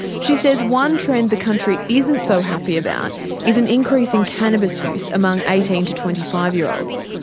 she says one trend the country isn't so happy about is an increase in cannabis use among eighteen to twenty five year olds.